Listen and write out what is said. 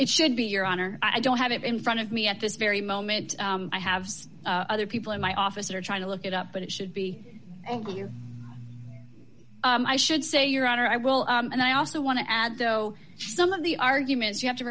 it should be your honor i don't have it in front of me at this very moment i have other people in my office are trying to look it up but it should be ok you i should say your honor i will and i also want to add though some of the arguments you have to